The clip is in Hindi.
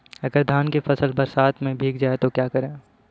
अगर धान की फसल बरसात में भीग जाए तो क्या करें?